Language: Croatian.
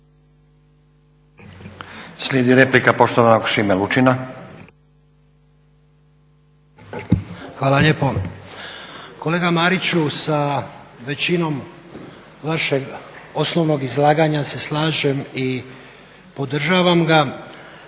Slijedi replika poštovanog Šime Lučina. **Lučin, Šime (SDP)** Hvala lijepo. Kolega Mariću, sa većinom vašeg osnovnog izlaganja se slažem i podržavam ga.